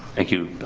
thank you.